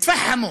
התפחמו.